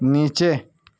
نیچے